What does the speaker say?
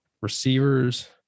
receivers